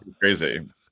crazy